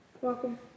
Welcome